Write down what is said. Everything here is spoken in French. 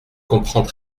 comprends